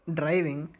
driving